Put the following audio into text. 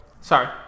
sorry